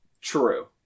True